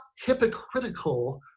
hypocritical